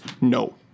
No